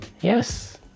Yes